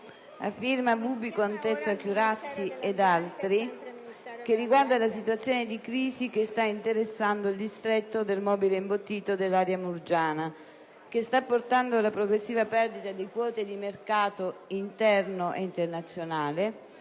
senatori Bubbico, Chiurazzi e ad altri colleghi, relativo alla situazione di crisi che sta interessando il distretto del mobile imbottito dell'area murgiana, che sta portando alla progressiva perdita di quote di mercato interno ed internazionale,